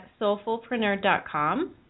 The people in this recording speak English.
soulfulpreneur.com